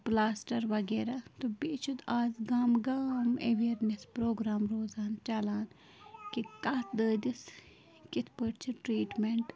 plaster وغیرہ تہٕ بیٚیہِ چھِ آز گامہٕ گام اٮ۪ویرنیس پروگام روزان چلان کہ کہِ کَتھ دٲدِس کِتھ پٲٹھۍ چھِ ٹریٖٹمینٛٹ